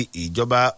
ijoba